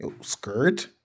skirt